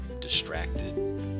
distracted